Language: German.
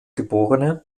geb